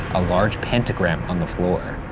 a large pentagram on the floor,